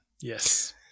Yes